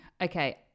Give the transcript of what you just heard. okay